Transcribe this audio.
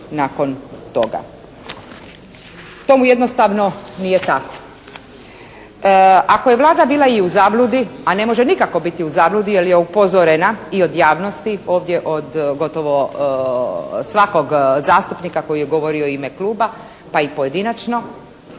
nakon toga. To jednostavno nije tako. Ako je Vlada bila i u zabludi, a ne može nikako biti u zabludi jer je upozorena i od javnosti ovdje od gotovo svakog zastupnika koji je govorio u ime kluba pa i pojedinačno,